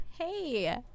Hey